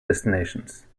destinations